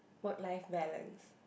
work life balance